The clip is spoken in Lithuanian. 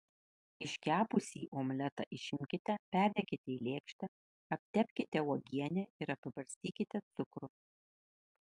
iškepusį omletą išimkite perdėkite į lėkštę aptepkite uogiene ir apibarstykite cukrumi